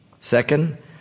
Second